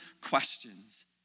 questions